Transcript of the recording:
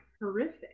horrific